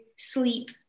sleep